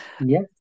yes